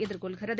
எதிர்கொள்கிறது